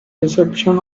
reception